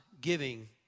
giving